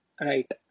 Right